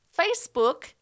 Facebook